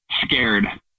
scared